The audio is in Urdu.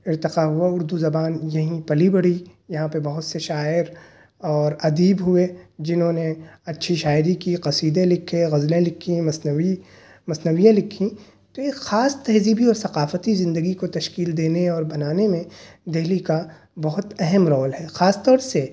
ارتقا ہوا اردو زبان یہیں پلی بڑھی یہاں پہ بہت سے شاعر اور ادیب ہوئے جنہوں نے اچھی شاعری کی قصیدے لکھے غزلیں لکھیں مثنوی مثنویاں لکھیں تو یہ خاص تہذیبی اور ثقافتی زندگی کو تشکیل دینے اور بنانے میں دہلی کا بہت اہم رول ہے خاص طور سے